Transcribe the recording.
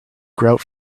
grout